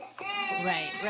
right